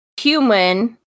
human